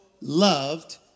loved